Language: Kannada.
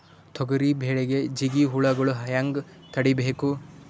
ತೊಗರಿ ಬೆಳೆಗೆ ಜಿಗಿ ಹುಳುಗಳು ಹ್ಯಾಂಗ್ ತಡೀಬೇಕು?